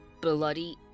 bloody